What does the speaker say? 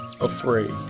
afraid